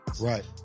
Right